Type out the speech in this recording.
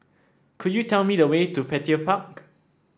could you tell me the way to Petir Park